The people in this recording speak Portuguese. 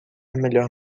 melhor